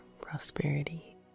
prosperity